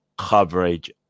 coverage